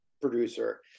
producer